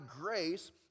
grace